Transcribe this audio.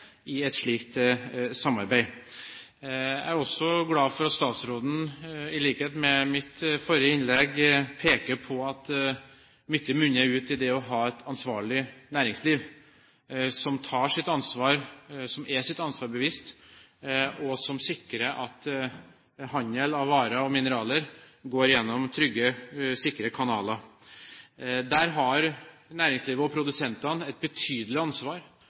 i et slikt samarbeid. Jeg er også glad for at statsråden, i likhet med meg i mitt forrige innlegg, peker på at mye munner ut i det å ha et ansvarlig næringsliv som er seg sitt ansvar bevisst, og som sikrer at handelen med varer og mineraler går gjennom trygge og sikre kanaler. Næringslivet og produsentene har et betydelig ansvar